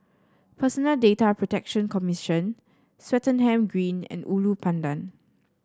Personal Data Protection Commission Swettenham Green and Ulu Pandan